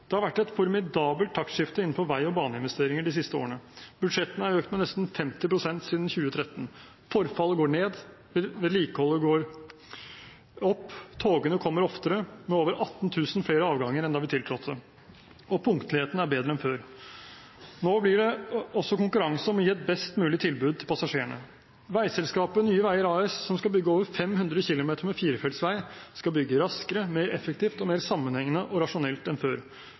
Det har vært et formidabelt taktskifte innenfor vei- og baneinvesteringer de siste årene. Budsjettene er økt med nesten 50 pst. siden 2013. Forfallet går ned, vedlikeholdet går opp. Togene kommer oftere med over 18 000 flere avganger enn da vi tiltrådte, og punktligheten er bedre enn før. Nå blir det også konkurranse om å gi et best mulig tilbud til passasjerene. Veiselskapet Nye Veier AS, som skal bygge over 500 km med firefeltsvei, skal bygge raskere, mer effektivt og mer sammenhengende og rasjonelt enn før.